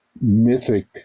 mythic